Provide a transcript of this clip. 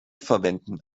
verwenden